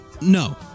No